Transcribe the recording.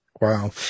Wow